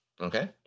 Okay